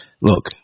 look